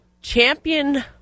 champion